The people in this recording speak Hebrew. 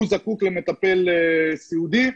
והוא זקוק למטפל סיעודי.